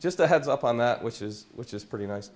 just a heads up on that which is which is pretty nice